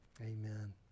Amen